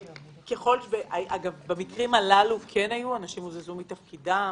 במקרים האלה אנשים הוזזו מתפקידם,